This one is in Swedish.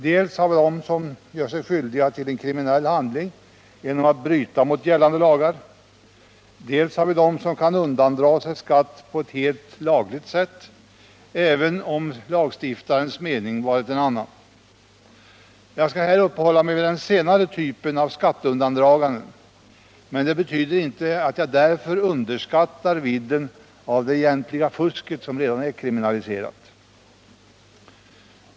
Dels har vi dem som gör sig skyldiga till kriminell handling genom att bryta mot gällande lagar, dels har vi dem som kan undandra sig skatt på ett helt lagligt sätt, även om lagstiftarens mening varit en annan. Jag skall här uppehålla mig vid den senare typen av skatteundandragande, men det betyder inte att jag underskattar vidden av det egentliga fusket, som redan är kriminaliserat.